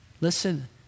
Listen